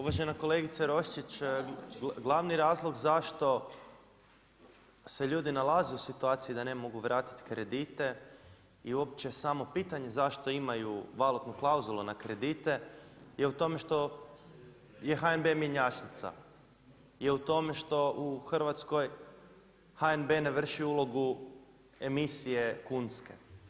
Uvažena kolegice Roščić, glavni razlog zašto se ljudi nalaze u situaciji da ne mogu vrati kredite i uopće samo pitanje zašto imaju valutnu klauzulu na kredite, je u tome što je HNB mjenjačnica, je tome u Hrvatsku HNB ne vrši ulogu emisije kunske.